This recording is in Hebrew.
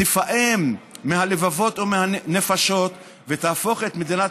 תפעם מהלבבות ומהנפשות ותהפוך את מדינת